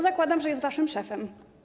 Zakładam, że jest waszym szefem.